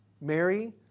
Mary